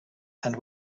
and